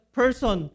person